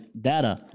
Data